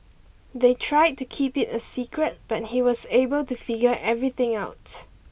they tried to keep it a secret but he was able to figure everything out